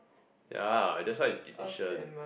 ya that's why is efficient